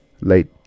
late